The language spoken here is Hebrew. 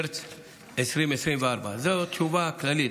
מרץ 2024. זאת התשובה הכללית,